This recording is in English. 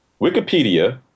Wikipedia